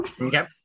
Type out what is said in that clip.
Okay